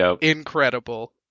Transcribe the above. incredible